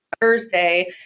Thursday